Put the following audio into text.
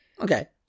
Okay